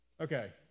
Okay